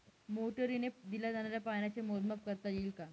मोटरीने दिल्या जाणाऱ्या पाण्याचे मोजमाप करता येईल का?